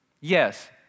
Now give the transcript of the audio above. yes